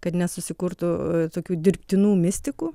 kad nesusikurtų tokių dirbtinų mistikų